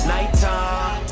Nighttime